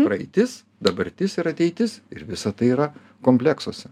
praeitis dabartis ir ateitis ir visa tai yra kompleksuose